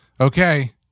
okay